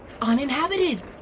uninhabited